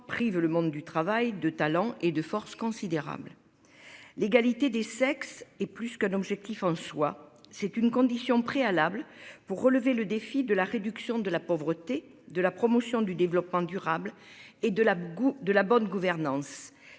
prive le monde du travail, de talent et de force considérable. L'égalité des sexes et plus qu'un objectif en soi, c'est une condition préalable pour relever le défi de la réduction de la pauvreté de la promotion du développement durable et de la goût de la bonne gouvernance